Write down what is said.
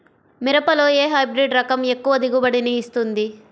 మిరపలో ఏ హైబ్రిడ్ రకం ఎక్కువ దిగుబడిని ఇస్తుంది?